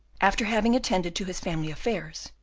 after having attended to his family affairs,